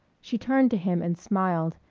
she turned to him and smiled,